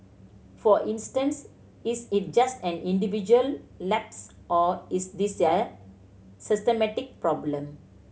for instance is it just an individual lapse or is this a systemic problem